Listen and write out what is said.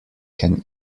can